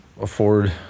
afford